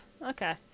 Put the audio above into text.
Okay